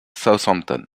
southampton